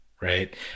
Right